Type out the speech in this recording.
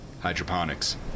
Hydroponics